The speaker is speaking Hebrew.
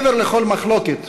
מעבר לכל מחלוקת,